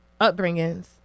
upbringings